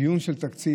דיון על התקציב,